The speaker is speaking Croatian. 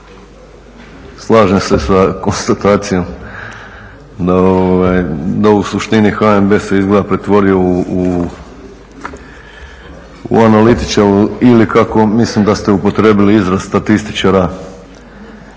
slažem se sa konstatacijom da u suštini HNB se izgleda pretvorio u analitičare ili kako mislim da ste upotrijebili izraz statističara